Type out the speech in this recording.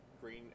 green